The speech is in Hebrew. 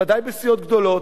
ודאי בסיעות גדולות,